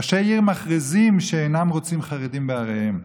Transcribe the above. ראשי עיר מכריזים שאינם רוצים חרדים בעריהם.